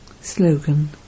Slogan